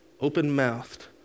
open-mouthed